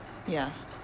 ya